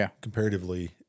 comparatively